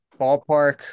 ballpark